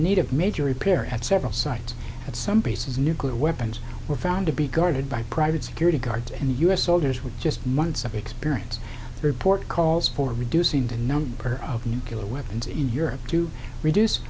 of major repair at several sites at some pieces nuclear weapons were found to be guarded by private security guards and u s soldiers were just months of experience report calls for reducing the number of nuclear weapons in europe to reduce